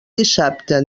dissabte